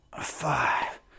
five